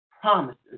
promises